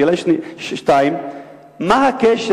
שאלה שנייה: מה הקשר,